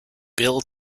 bill